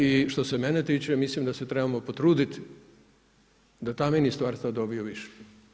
I što se mene tiče, mislim da se trebamo potruditi da ta ministarstva dobiju i više.